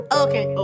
okay